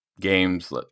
games